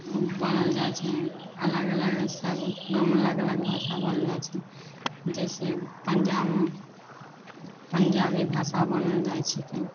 बोलल जाइत छै अलग अलग अलग अलग भाषा बोलल जाइत छै जैसे पञ्जाबमे पञ्जाबी भाषा बोलल जाइत छीकै